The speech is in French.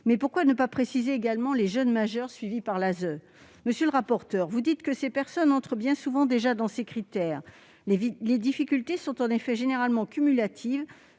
Mais pourquoi ne pas également y inclure les jeunes majeurs suivis par l'ASE ? Monsieur le rapporteur, vous dites que ces personnes entrent déjà bien souvent dans ces critères. Les difficultés sont en effet généralement cumulatives,